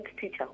teacher